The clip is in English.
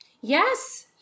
Yes